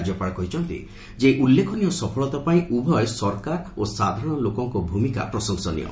ରାଜ୍ୟପାଳ କହିଛନ୍ତି ଯେ ଏହି ଉଲ୍କେଖନୀୟ ସଫଳତା ପାଇଁ ଉଭୟ ସରକାର ଓ ସାଧାରଣ ଲୋକଙ୍ଙ ଭ୍ରମିକା ପ୍ରଶଂସନୀୟ